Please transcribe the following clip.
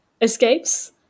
escapes